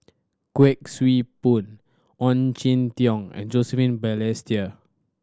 Kuik Swee Boon Ong Jin Teong and Joseph Balestier